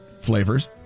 flavors